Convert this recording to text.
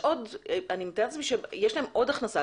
אני מתארת לעצמי שיש להם עוד הכנסה,